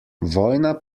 vojna